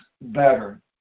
better